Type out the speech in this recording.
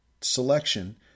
selection